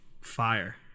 fire